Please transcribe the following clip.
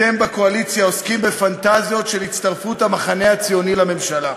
אתם בקואליציה עוסקים בפנטזיות של הצטרפות המחנה הציוני לממשלה.